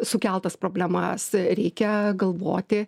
sukeltas problemas reikia galvoti